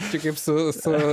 čia kaip su su